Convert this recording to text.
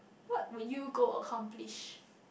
what would you go accomplish